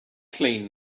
clean